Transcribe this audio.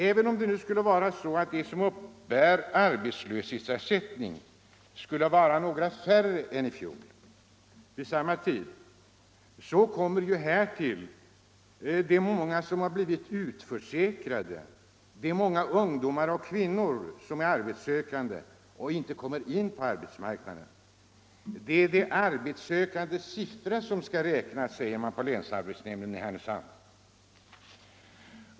Även om det nu skulle vara på det sättet att de som uppbär arbetslöshetsersättning är något färre än vid samma tid i fjol kommer ju härtill de många som blivit utförsäkrade och de många ungdomar och kvinnor som är arbetssökande och inte kommer in på arbetsmarknaden. Det är de arbetssökandes siffra som skall räknas, säger man på länsarbetsnämnden i Härnösand.